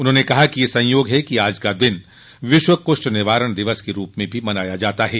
उन्होंने कहा कि यह संयोग है कि आज का दिन विश्व कुष्ठ निवारण दिवस के रूप में भी मनाया जाता है